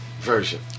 version